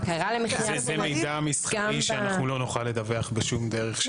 מה קרה למכירת --- זה מידע מסחרי שאנחנו לא נוכל לדווח בשום דרך שהיא.